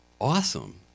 awesome